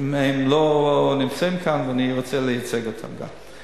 הם לא נמצאים כאן ואני רוצה לייצג אותם גם.